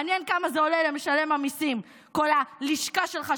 מעניין כמה עולה למשלם המיסים כל הלשכה שלך,